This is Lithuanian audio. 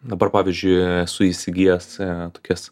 dabar pavyzdžiui esu įsigijęs tokias